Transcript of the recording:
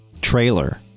trailer